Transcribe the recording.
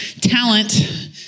Talent